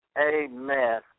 Amen